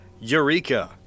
Eureka